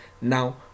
now